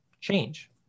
change